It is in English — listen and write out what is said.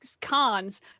cons